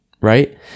right